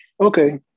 okay